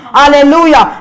hallelujah